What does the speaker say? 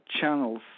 channels